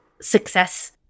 success